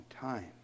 time